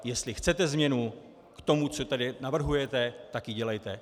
Jestli chcete změnu k tomu, co tady navrhujete, tak ji dělejte.